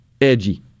edgy